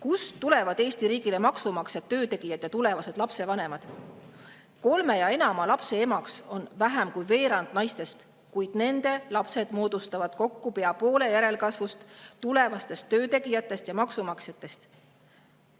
Kust tulevad Eesti riigile maksumaksjad, töötegijad ja tulevased lapsevanemad? Kolme ja enama lapse emaks on vähem kui veerand naistest, kuid nende lapsed moodustavad kokku pea poole järelkasvust, tulevastest töötegijatest ja maksumaksjatest.